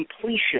completion